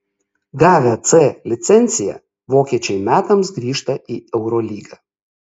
gavę c licenciją vokiečiai metams grįžta į eurolygą